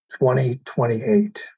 2028